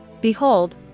Behold